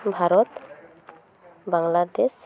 Bharat Bangladesh